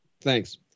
Thanks